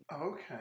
okay